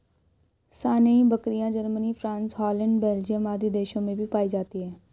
सानेंइ बकरियाँ, Germany, France, Holland, Belgium आदि देशों में भी पायी जाती है